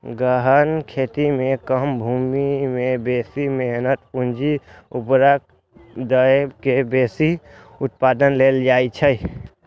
गहन खेती मे कम भूमि मे बेसी मेहनत, पूंजी, उर्वरक दए के बेसी उत्पादन लेल जाइ छै